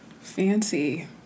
Fancy